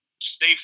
Stay